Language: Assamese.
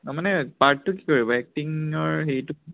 তাৰমানে পাৰ্টতো কি কৰিব এক্টিংৰ হেৰিতো